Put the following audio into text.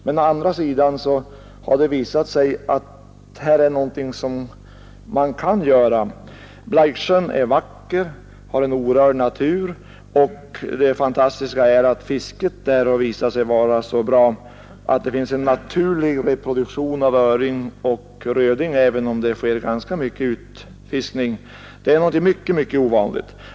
Men å andra sidan har det visat sig att man kan uträtta någonting här. Blaiksjön är vacker. Här finns en orörd natur. Det fantastiska är att fisket visat sig vara så bra, att det finns en naturlig reproduktion med öring och röding, även om sjön fiskas hårt. Det är något mycket ovanligt.